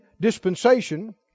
dispensation